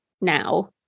now